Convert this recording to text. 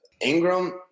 Ingram